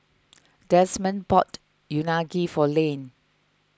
Demond bought Unagi for Lane